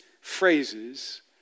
phrases